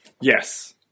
Yes